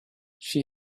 she